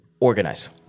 organize